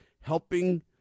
helping